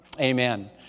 Amen